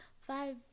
five